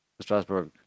Strasbourg